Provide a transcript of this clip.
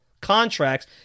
contracts